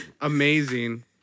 amazing